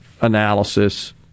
analysis